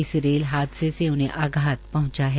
इस रेल हादसे से उन्हें आघात पहंचा है